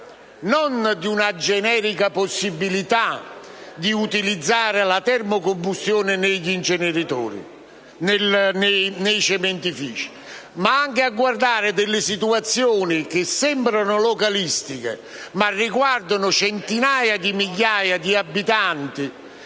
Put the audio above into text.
non di una generica possibilità di utilizzare la termocombustione nei cementifici, ma anche a guardare delle situazioni che sembrano localistiche, ma riguardano centinaia di migliaia di abitanti,